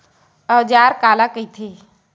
औजार काला कइथे?